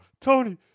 Tony